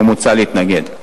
ומוצע להתנגד.